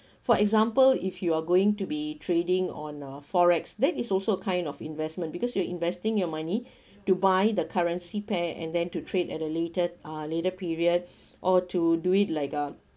for example if you are going to be trading on a FOREX that is also kind of investment because you are investing your money to buy the currency pair and then to trade at a later uh later periods or to do it like a